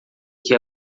que